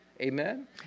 Amen